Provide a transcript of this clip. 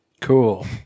Cool